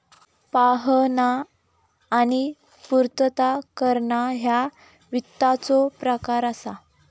पाहणा आणि पूर्तता करणा ह्या वित्ताचो प्रकार असा